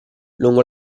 lungo